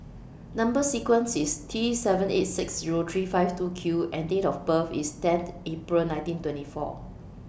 Number sequence IS T seven eight six Zero three five two Q and Date of birth IS tenth April nineteen twenty four